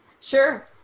Sure